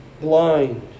blind